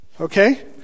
okay